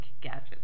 gadgets